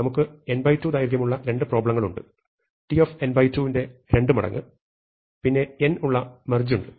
നമുക്ക് n2 ദൈർഘ്യമുള്ള രണ്ട് പ്രോബ്ലെങ്ങൾ ഉണ്ട് tn2 ന്റെ 2 മടങ്ങ് പിന്നെ n ഉള്ള മെർജ് ഉണ്ട്